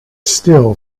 still